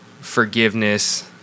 forgiveness